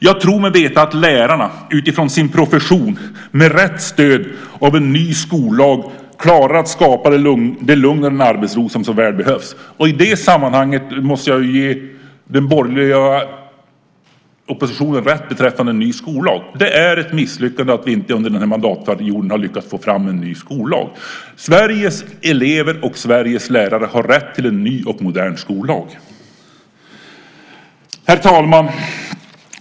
Jag tror mig veta att lärarna utifrån sin profession med rätt stöd av en ny skollag klarar att skapa det lugn och den arbetsro som så väl behövs. I det sammanhanget måste jag ge den borgerliga oppositionen rätt beträffande detta med en ny skollag. Det är ett misslyckande att vi inte under den här mandatperioden har lyckats få fram en ny skollag. Sveriges elever och Sveriges lärare har rätt till en ny och modern skollag. Herr talman!